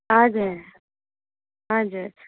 हजुर हजुर